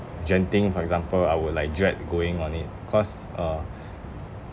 genting for example I will like dread going on it cause uh